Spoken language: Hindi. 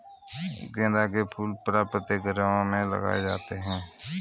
गेंदा के फूल प्रायः प्रत्येक घरों में लगाए जाते हैं